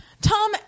Tom